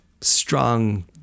strong